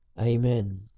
Amen